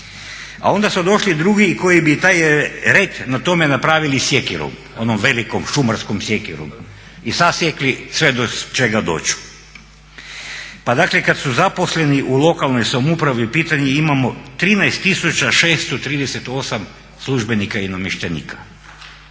A onda su došli drugi koji bi taj red na tome napravili sjekirom, onom velikom šumarskom sjekirom i sasjekli sve do čega dođu. Pa dakle kada su zaposleni u lokalnoj samoupravi, pitanje …/Govornik se ne razumije./…